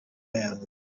man